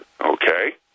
Okay